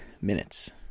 minutes